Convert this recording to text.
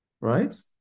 Right